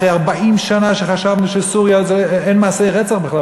אחרי 40 שנה שחשבנו שבסוריה אין מעשי רצח בכלל,